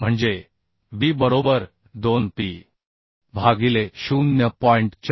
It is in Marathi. म्हणजे b बरोबर 2 p भागिले 0